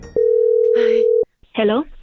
Hello